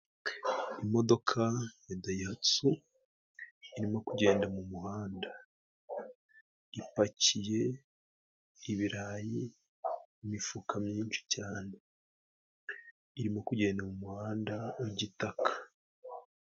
Imodoka ya dayihatsu irimo kugenda mu muhanda. Ipakiye ibirayi, imifuka myinshi cyane. Irimo kugenda mu muhanda w'igitaka.